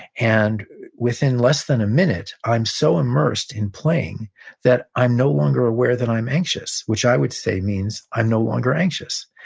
and within less than a minute, i'm so immersed in playing that i'm no longer aware that i'm anxious, which i would say means i'm no longer anxious.